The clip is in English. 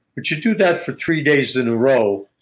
but you do that for three days in a row,